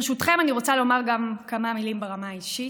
ברשותכם, אני רוצה לומר גם כמה מילים ברמה האישית.